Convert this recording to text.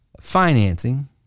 financing